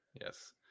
Yes